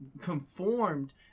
conformed